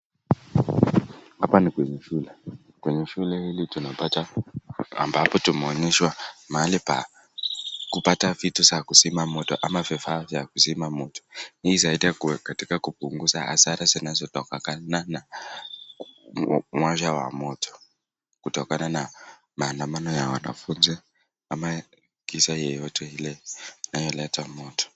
Hapa ni kwenye shule. Kwenye shule hili tunapata ambako tumeonyeshwa mahali pa kupata vitu za kuzima moto ama vifaa za kuzima moto. Hizi usaidia katika kupunguza hasara zinazotokana na moja wa moto kutokana na maadamano ya wanafunzi ama kisa yoyote ile inayolete moto.